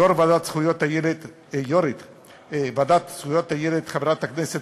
יו"ר ועדת זכויות הילד חברת הכנסת,